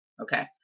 Okay